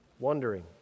wondering